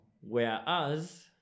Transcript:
Whereas